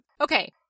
Okay